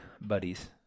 buddies